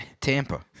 Tampa